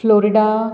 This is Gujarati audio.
ફ્લોરિડા